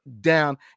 down